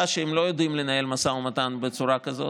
שהם לא יודעים לנהל משא ומתן בצורה כזאת,